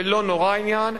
ולא נורא העניין,